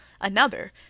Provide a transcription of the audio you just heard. Another